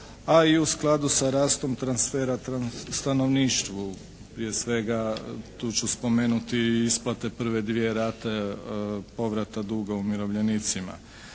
a i u skladu sa rastom transfera stanovništvu, prije svega tu ću spomenuti i isplate prve dvije rate povrata duga umirovljenicima.